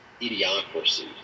idiocracy